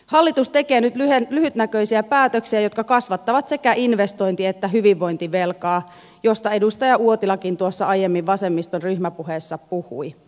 hallitus tekee nyt lyhytnäköisiä päätöksiä jotka kasvattavat sekä investointi että hyvinvointivelkaa josta edustaja uotilakin tuossa aiemmin vasemmiston ryhmäpuheessa puhui